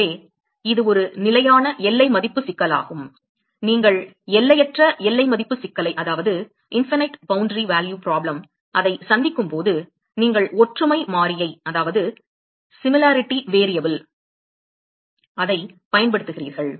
எனவே இது ஒரு நிலையான எல்லை மதிப்பு சிக்கலாகும் நீங்கள் எல்லையற்ற எல்லை மதிப்பு சிக்கலை சந்திக்கும் போது நீங்கள் ஒற்றுமை மாறியைப் பயன்படுத்துகிறீர்கள்